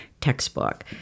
textbook